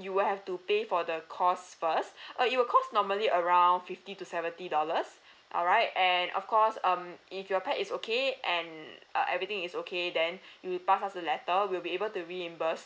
you will have to pay for the cost first uh it will cost normally around fifty to seventy dollars alright and of course um if your pet is okay and uh everything is okay then we pass up the letter we'll be able to reimburse